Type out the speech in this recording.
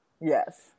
Yes